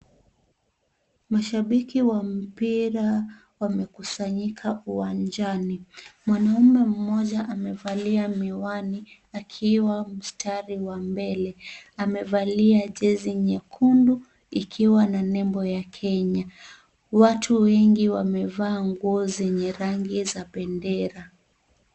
Mashabiki wa mpira wamekusanyika uwanjani, mwanaume moja amevalia miwani akiwa mstari wa mbele amevalia jezi nyekundu ikiwa na nembo ya Kenya, watu wengi wamevaa nguo zenye rangi za bendera.